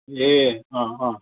ए अँ अँ